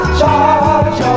charge